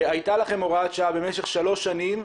הייתה לכם הוראת שעה במשך שלוש שנים,